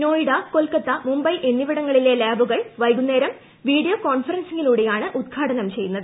നോയിഡ കൊൽക്കത്ത മുംബൈ എന്നിവിടങ്ങളിലെ ലാബുകൾ വൈകുന്നേരം വീഡിയോ കോൺഫറൻസിങ്ങിലൂടെയാണ് ഉദ്ഘാടനം ചെയ്യുന്നത്